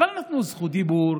אבל נתנו זכות דיבור,